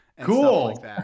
cool